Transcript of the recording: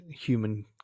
human